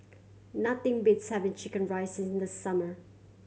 nothing beats having chicken rice in the summer